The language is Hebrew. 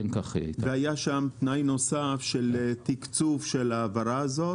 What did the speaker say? והיה שם תנאי נוסף, של תקצוב של ההעברה הזאת.